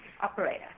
Operator